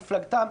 מפלגתם,